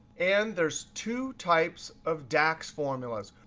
and there's two types of dax formulas.